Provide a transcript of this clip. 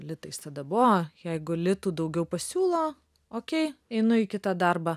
litais tada buvo jeigu litų daugiau pasiūlo okei einu į kitą darbą